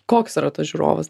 koks yra tas žiūrovas